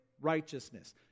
righteousness